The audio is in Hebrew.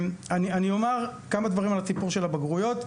אני אומר כמה דברים על הסיפור של הבגרויות,